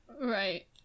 Right